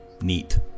Neat